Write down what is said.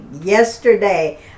yesterday